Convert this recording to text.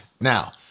now